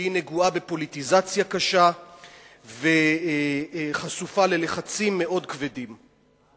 שהיא נגועה בפוליטיזציה קשה וחשופה ללחצים מאוד כבדים.